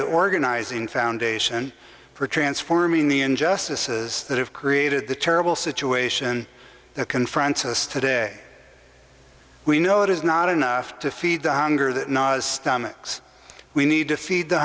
the organizing foundation for transforming the injustices that have created the terrible situation that confronts us today we know it is not enough to feed the hunger that stomachs we need to feed the